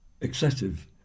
excessive